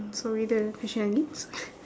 sorry the question again sorry